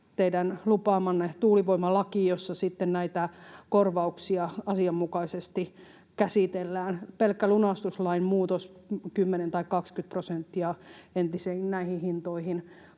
lupaamanne tuulivoimalaki, jossa sitten näitä korvauksia asianmukaisesti käsitellään. Pelkällä lunastuslain muutoksella, 10 tai 20 prosenttia näihin hintoihin,